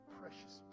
precious